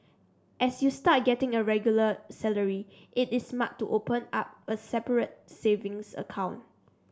as you start a getting a regular salary it is smart to open up a separate savings account